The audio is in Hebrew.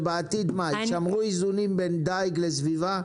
שבעתיד יישמרו איזונים בין דיג לסביבה?